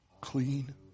clean